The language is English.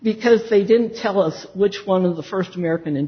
because they didn't tell us which one of the first american